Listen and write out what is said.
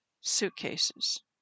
suitcases